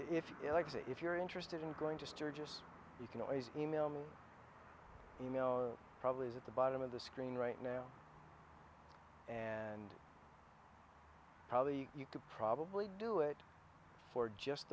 if you like see if you're interested in going to sturgis you can always email me you know probably at the bottom of the screen right now and probably you could probably do it for just